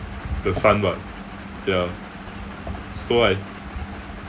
the son what ya so I